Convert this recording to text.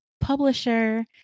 publisher